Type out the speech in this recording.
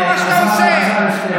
השר אלעזר שטרן.